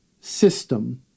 system